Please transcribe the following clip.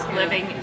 living